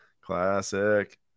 Classic